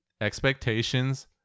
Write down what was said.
expectations